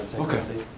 okay.